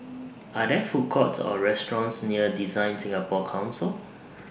Are There Food Courts Or restaurants near DesignSingapore Council